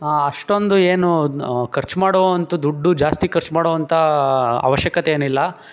ಅಷ್ಟೊಂದು ಏನೂ ಖರ್ಚು ಮಾಡೋವಂಥ ದುಡ್ಡು ಜಾಸ್ತಿ ಖರ್ಚು ಮಾಡೋವಂಥ ಅವಶ್ಯಕತೆ ಏನಿಲ್ಲ